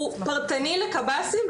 הוא פרטני ספציפית לקב"סים,